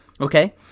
Okay